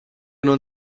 non